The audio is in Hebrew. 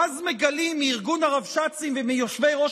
ואז מגלים מארגון הרבש"צים ומיושבי-ראש